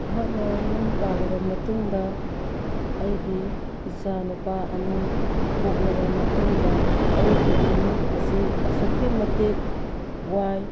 ꯑꯩꯍꯥꯛꯅ ꯌꯨꯝ ꯄꯥꯜꯂꯕ ꯃꯇꯨꯡꯗ ꯑꯩꯒꯤ ꯏꯆꯥ ꯅꯨꯄꯥ ꯑꯅꯤ ꯄꯣꯛꯂꯕ ꯃꯇꯨꯡꯗ ꯑꯩꯒꯤ ꯏꯃꯨꯡ ꯑꯁꯤ ꯑꯁꯨꯛꯀꯤ ꯃꯇꯤꯛ ꯋꯥꯏ